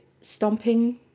stomping